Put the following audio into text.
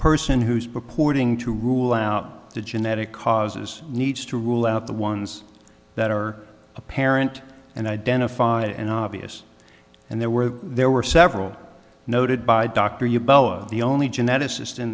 person who's purporting to rule out the genetic causes needs to rule out the ones that are apparent and identified and obvious and there were there were several noted by dr hugh bello the only geneticist in